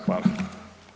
Hvala.